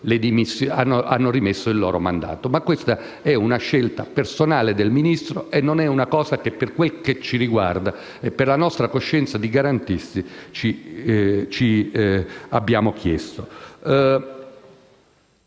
hanno rimesso il loro mandato. Questa è però una scelta personale del Ministro e non è una cosa che, per quanto ci riguarda e per la nostra coscienza di garantisti, abbiamo chiesto.